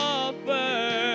offer